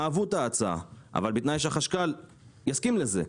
אהבו את ההצעה אבל בתנאי שהחשכ"ל יסכים לזה.